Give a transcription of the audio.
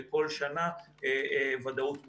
לכל שנה ודאות מוחלטת.